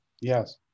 yes